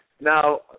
Now